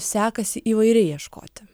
sekasi įvairiai ieškot